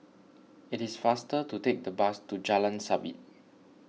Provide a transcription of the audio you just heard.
it is faster to take the bus to Jalan Sabit